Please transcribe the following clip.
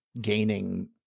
gaining